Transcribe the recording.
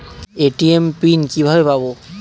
ATM PIN কিভাবে পাবো?